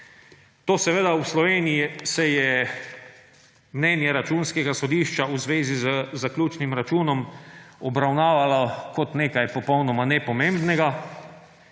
Seveda v Sloveniji se je mnenje Računskega sodišča v zvezi z zaključnim računom obravnavalo kot nekaj popolnoma nepomembnega,